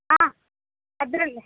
ಹಾಂ ಅದರಲ್ಲೇ